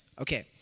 Okay